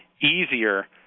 easier